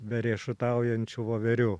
beriešutaujančių voverių